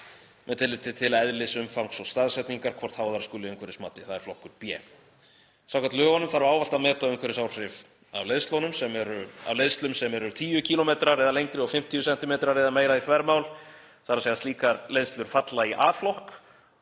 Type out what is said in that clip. með tilliti til eðlis, umfangs og staðsetningar hvort háðar skuli umhverfismati. Það er flokkur B. Samkvæmt lögunum þarf ávallt að meta umhverfisáhrif af leiðslum sem eru 10 km eða lengri og 50 cm eða meira í þvermál, þ.e. slíkar leiðslur falla í A-flokk